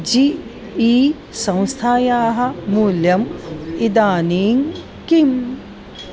जी ई संस्थायाः मूल्यम् इदानीं किम्